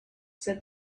said